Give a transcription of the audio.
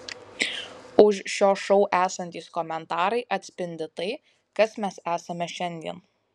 už šio šou esantys komentarai atspindi tai kas mes esame šiandien